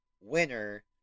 winner